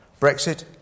Brexit